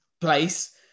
place